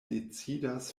decidas